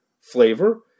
flavor